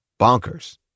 bonkers